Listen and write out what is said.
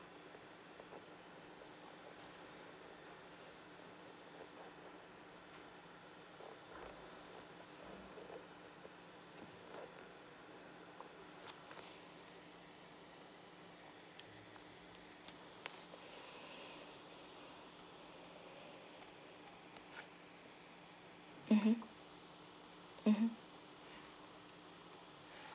mmhmm mmhmm